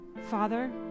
Father